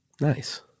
nice